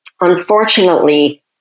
unfortunately